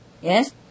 yes